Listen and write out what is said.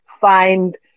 find